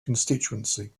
constituency